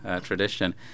tradition